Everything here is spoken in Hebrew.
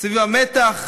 סביב המתח